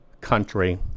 country